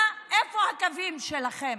מה, איפה הקווים שלכם?